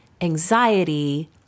anxiety